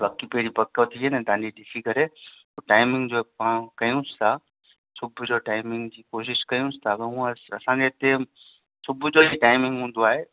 बाक़ी पेज पको थी वञे तव्हांजी ॾिसी करे पोइ टाईमिंग जो पाण कयूंसि था सुबुह जो टाईमिंग जी कोशिशि कयूंसि था हूंअ असांजे हिते सुबुह जो ई टाईमिंग हूंदो आहे